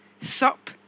sup